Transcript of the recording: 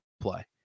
play